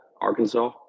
Arkansas